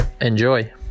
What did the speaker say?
enjoy